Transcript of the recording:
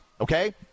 okay